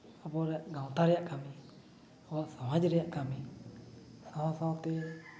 ᱟᱵᱚᱣᱟᱜ ᱜᱟᱶᱛᱟ ᱨᱮᱭᱟᱜ ᱠᱟᱹᱢᱤ ᱟᱵᱚᱣᱟᱜ ᱥᱚᱢᱟᱡᱽ ᱨᱮᱭᱟᱜ ᱠᱟᱹᱢᱤ ᱥᱟᱶ ᱥᱟᱶᱛᱮ